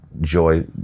joy